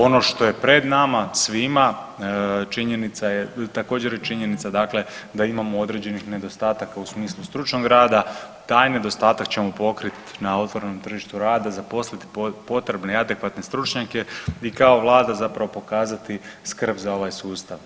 Ono što je pred nama svima, činjenica je, također, je činjenica dakle da imamo određenih nedostataka u smislu stručnog rada, taj nedostatak ćemo pokriti na otvorenom tržištu rada, zaposliti potrebne i adekvatne stručnjake i kao Vlada zapravo pokazati skrb za ovaj sustav.